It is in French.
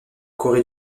corée